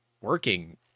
working